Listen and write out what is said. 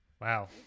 wow